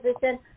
position